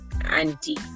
auntie